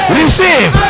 receive